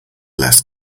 less